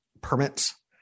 permits